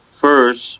first